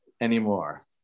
anymore